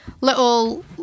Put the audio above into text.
little